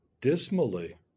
Dismally